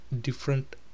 different